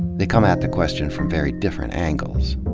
they come at the question from very different angles.